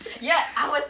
ya ours